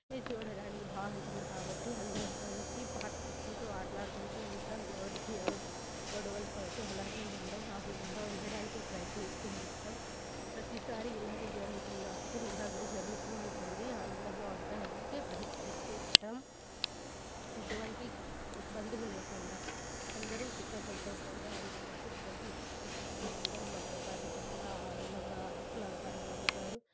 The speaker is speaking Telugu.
చూడడానికి బాగుంటుంది కాబట్టి అందరం కలిసి పాటలడుకుంటు ఆటలాడుకుంటు ఉంటాం ఎవరికి ఎవరు గొడవలు పడుతు అలాగే ఏం ఉండం ఆనందంగా ఉండడానికి ప్రయత్నిస్తు ఉంటాం ప్రతిసారి ఇలాగే జరుగుతుంది అంటే ఇలాగే జరుగుతు ఉంటుంది ఆనందంగా ఉండడానికి ప్రయత్నిస్తు ఉంటాం ఎటువంటి ఇబ్బందులు లేకుండా అందరు సుఖసంతోషాలుగా ఉండేటట్టు ప్రయత్నిస్తు ఉంటాం అందరు మాతో పాటు చాలా ఆనందంగా ఆహ్లాదకరంగా ఉంటారు